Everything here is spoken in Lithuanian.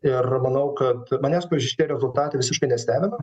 ir manau kad manęs va šitie rezultatai visiškai nestebina